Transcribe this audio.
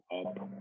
up